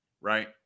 right